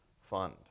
fund